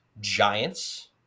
Giants